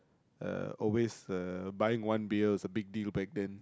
uh always uh buying one beer was a big deal back then